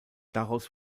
daraus